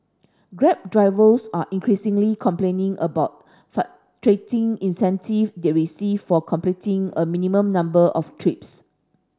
grab drivers are increasingly complaining about fluctuating incentive they receive for completing a minimum number of trips